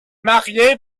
marié